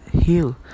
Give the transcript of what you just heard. heal